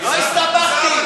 לא הסתבכתי.